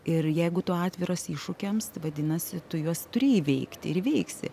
ir jeigu tu atviras iššūkiams vadinasi tu juos turi įveikti ir veiksi